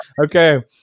Okay